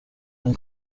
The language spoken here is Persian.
این